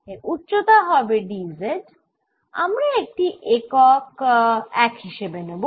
এর উচ্চতা হবে dz আমরা এটি একক 1 হিসেবে নেব